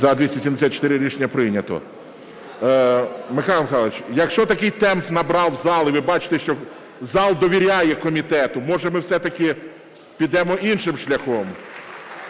За-274 Рішення прийнято. Михайло Миколайович, якщо такий темп набрав зал і ви бачите, що зал довіряє комітету, може, ми все-таки підемо іншим шляхом?